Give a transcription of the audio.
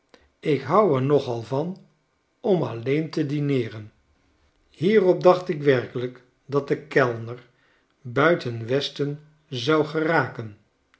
ik hou er nogal van om alleen te dineeren hierop dacht ik werkelijk dat de kellner buiten westen zou geraken